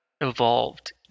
evolved